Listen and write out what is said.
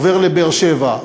עובר לבאר-שבע,